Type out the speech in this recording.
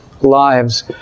Lives